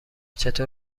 چطور